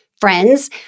friends